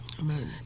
Amen